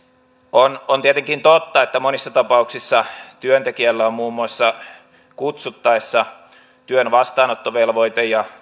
on on tietenkin totta että monissa tapauksissa työntekijällä on muun muassa kutsuttaessa työn vastaanottovelvoite ja